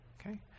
okay